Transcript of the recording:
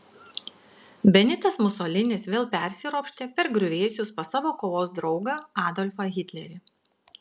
benitas musolinis vėl persiropštė per griuvėsius pas savo kovos draugą adolfą hitlerį